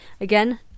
Again